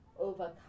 overcome